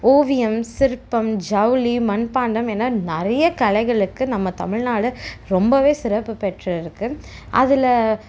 ஓவியம் சிற்பம் ஜவுளி மண்பாண்டம் என நிறைய கலைகளுக்கு நம்ம தமிழ்நாடு ரொம்பவே சிறப்பு பெற்று இருக்கு அதில்